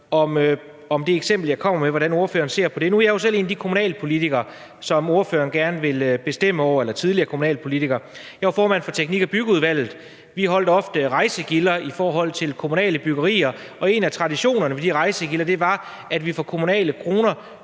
på det eksempel, jeg kommer med. Nu er jeg jo selv tidligere kommunalpolitiker og altså en af dem, som ordføreren gerne ville bestemme over. Jeg var formand for Teknik- og Byggeudvalget. Vi holdt ofte rejsegilder i forhold til kommunale byggerier, og en af traditionerne ved de rejsegilder var, at vi for kommunale kroner